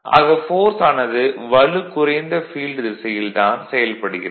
ஆக ஃபோர்ஸ் ஆனது வலுகுறைந்த ஃபீல்டு திசையில் தான் செயல்படுகிறது